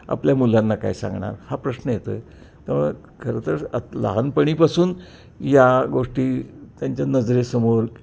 आपल्या मुलांना काय सांगणार हा प्रश्न येतो आहे त्यामुळं खरंतर लहानपणीपासून या गोष्टी त्यांच्या नजरेसमोर